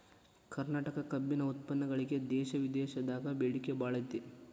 ಕರ್ನಾಟಕ ಕಬ್ಬಿನ ಉತ್ಪನ್ನಗಳಿಗೆ ದೇಶ ವಿದೇಶದಾಗ ಬೇಡಿಕೆ ಬಾಳೈತಿ